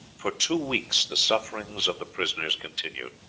for two weeks the sufferings of the prisoners continued.